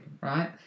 right